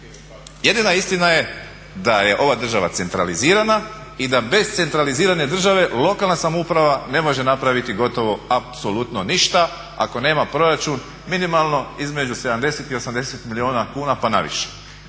Jedina istina je da je ova država centralizirana i da bez centralizirane države lokalna samouprava ne može napraviti gotovo apsolutno ništa ako nema proračun minimalno između 70 i 80 milijuna kuna pa naviše,